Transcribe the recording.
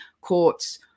courts